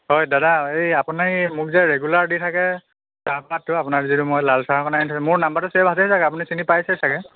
হয় দাদা এই আপোনাৰ এই মোক যে ৰেগুলাৰ দি থাকে চাহপাতটো আপোনাৰ যিটো মই লাল চাহৰ কাৰণে আনি থাকোঁ মোৰ নম্বৰটো ছে'ভ আছেই চাগে আপুনি চিনি পাইছেই চাগে